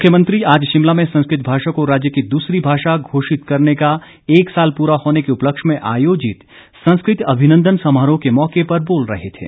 मुख्यमंत्री आज शिमला में संस्कृत भाषा को राज्य की दूसरी भाषा घोषित करने का एक साल पूरा होने के उपलक्ष्य में आयोजित संस्कृत अभिनंदन समारोह के मौके पर बोल रहे थे